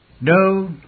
No